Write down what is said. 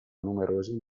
numerosi